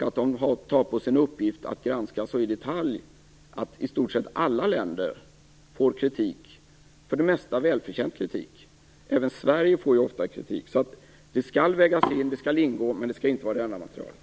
Amnesty tar på sig en uppgift att granska så i detalj att i stort sett alla länder får kritik, för det mesta välförtjänt kritik. Även Sverige får ofta kritik. Det skall vägas, det skall ingå, men det skall inte vara det enda materialet.